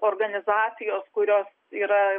organizacijos kurios yra